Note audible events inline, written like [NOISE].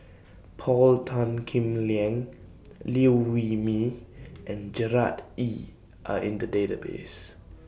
Paul Tan Kim Liang [NOISE] Liew Wee Mee and Gerard Ee Are in The Database